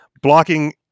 blocking